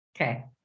Okay